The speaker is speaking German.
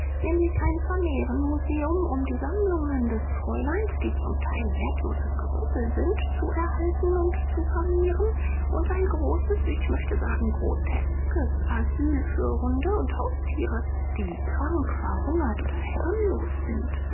nämlich ein vermehrenmuseum um die sammlungen des fräuleins die zum teil wertloses gerümpel sind zu erhalten und zu vermehren und ein großes ich möchte sagen groteskes asyl für hunde und haustiere die krank verhungert oder herrenlos sind